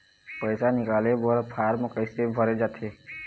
पैसा निकाले बर फार्म कैसे भरे जाथे?